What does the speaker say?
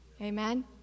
Amen